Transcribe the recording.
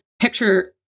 picture